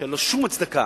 שאין לו שום הצדקה.